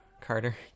Carter